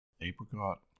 apricot